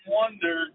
wonder